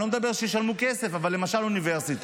אני לא מדבר על תלמידי חכמים, עזבו אותם רגע.